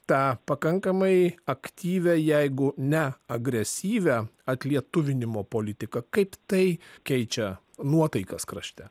tą pakankamai aktyvią jeigu ne agresyvią atlietuvinimo politiką kaip tai keičia nuotaikas krašte